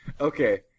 Okay